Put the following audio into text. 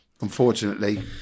unfortunately